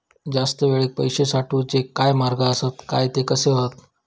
जास्त वेळाक पैशे साठवूचे काय मार्ग आसत काय ते कसे हत?